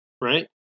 Right